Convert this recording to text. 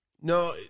No